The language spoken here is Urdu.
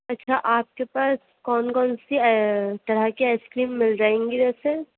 اچھا آپ کے پاس کون کون سی طرح کی آئس کریم مِل جائیں گی ویسے